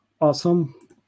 awesome